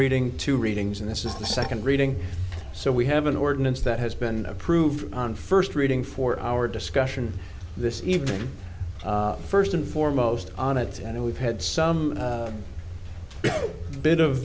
reading two readings and this is the second reading so we have an ordinance that has been approved on first reading for our discussion this evening first and foremost on it and we've had some bit of